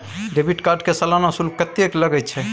Debit card के सालाना शुल्क कत्ते लगे छै?